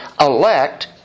elect